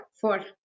four